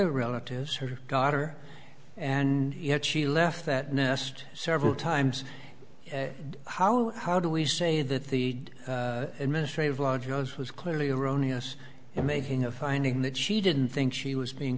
her relatives her daughter and yet she left that nest several times how how do we say that the administrative law judge was clearly erroneous in making a finding that she didn't think she was being